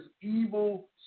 evil